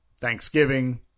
Thanksgiving